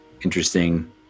interesting